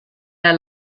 der